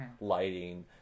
lighting